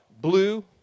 blue